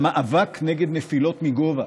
למאבק נגד נפילות מגובה,